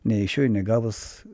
neišėjo negavus